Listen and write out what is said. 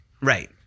Right